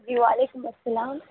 جی وعلیکم السلام